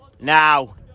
Now